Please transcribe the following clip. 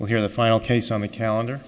well here in the file case on the calendar